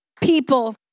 people